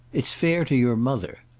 it's fair to your mother.